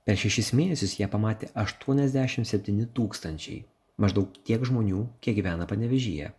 per šešis mėnesius ją pamatė aštuoniasdešim septyni tūkstančiai maždaug tiek žmonių kiek gyvena panevėžyje